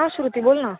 हां श्रुती बोल ना